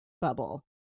bubble